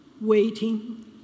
Waiting